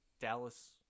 Dallas